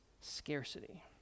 scarcity